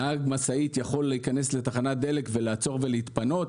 נהג משאית יכול להיכנס לתחנת דלק לעצור ולהתפנות.